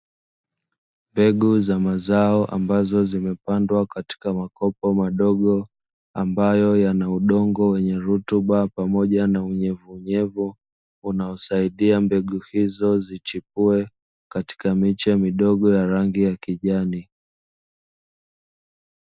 Mbegu za mazao ambazo zimepandwa katika makopo madogo, ambayo yana udongo wenye rutuba pamoja na unyevuunyevu unaosaidia mbegu hizo zichipue katika miche midogo ya rangi ya kijani.